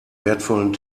wertvollen